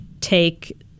take